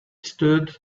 stood